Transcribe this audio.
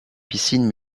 piscines